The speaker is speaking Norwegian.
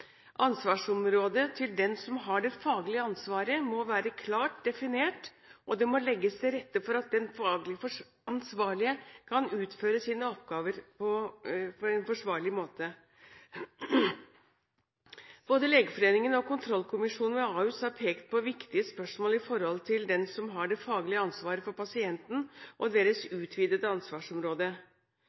Ansvarsområdet til den som har det faglige ansvaret, må være klart definert, og det må legges til rette for at den faglig ansvarlige kan utføre sine oppgaver på en forsvarlig måte. Både Legeforeningen og Kontrollkommisjonen ved Ahus har pekt på viktige spørsmål når det gjelder den som har det faglige ansvaret for pasienten, og deres utvidede ansvarsområde.